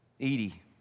Edie